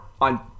on